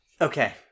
Okay